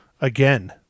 again